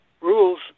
rules